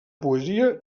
poesia